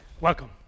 Welcome